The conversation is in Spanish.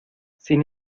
sin